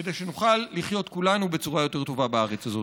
כדי שנוכל לחיות כולנו בצורה יותר טובה בארץ הזאת.